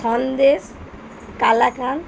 Sandesh kalakand